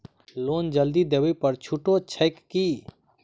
Loan जल्दी देबै पर छुटो छैक की?